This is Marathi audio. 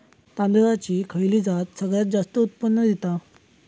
तांदळाची खयची जात सगळयात जास्त उत्पन्न दिता?